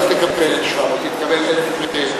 היא לא תקבל רק 700. היא תקבל 1,750,